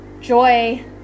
joy